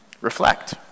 reflect